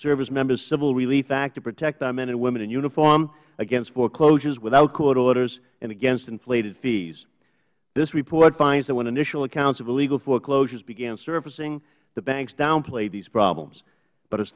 servicemembers civil relief act to protect our men and women in uniform against foreclosures without court orders and against inflated fees this report finds that when initial accounts of illegal foreclosures began surfacing the banks downplayed these problems but